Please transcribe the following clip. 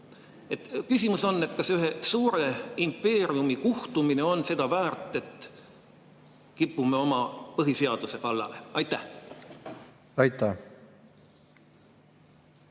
Küsimus: kas ühe suure impeeriumi kuhtumine on seda väärt, et me kipume oma põhiseaduse kallale? Aitäh! Mulle